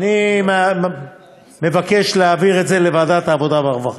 אני מבקש להעביר את זה לוועדת העבודה והרווחה.